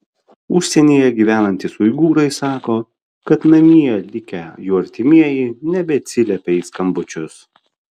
užsienyje gyvenantys uigūrai sako kad namie likę jų artimieji nebeatsiliepia į skambučius